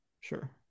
Sure